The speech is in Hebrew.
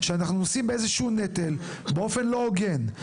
שאנחנו נושאים באיזשהו נטל באופן לא הוגן.